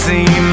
See